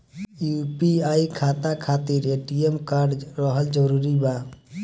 UPI खाता खातिर ATM card रहल जरूरी बा?